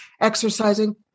exercising